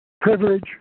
privilege